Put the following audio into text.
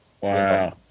Wow